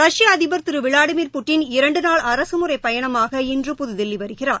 ரஷ்ய அதிபர் திரு விளாடியீர் புட்டின் இரண்டு நாள் அரகமுறைப் பயணமாகஇன்று புதுதில்லி வருகிறார்